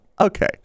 okay